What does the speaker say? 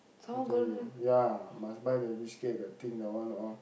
I tell you ya must buy the biscuit the thing that one all